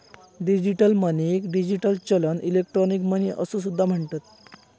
digital मनीक digital चलन, electronic money असो सुद्धा म्हणतत